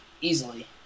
Easily